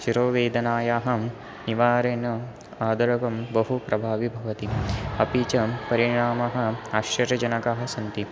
शिरोवेदनायाः निवारेण आदरकं बहु प्रभावी भवति अपी च परिणामः आश्चर्यजनकाः सन्ति